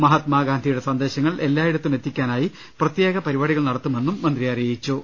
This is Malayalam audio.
മഹാത്മാ ഗാന്ധിയുടെ സന്ദേശങ്ങൾ എല്പായിടത്തുമെത്തിക്കാനായി പ്രത്യേക പരിപാടികൾ നടത്തുമെന്നും മന്ത്രി അറി യിച്ചു